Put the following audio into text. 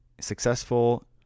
successful